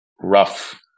rough